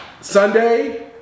Sunday